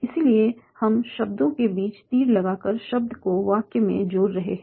इसलिए हम शब्दों के बीच तीर लगाकर शब्द को वाक्य में जोड़ रहे हैं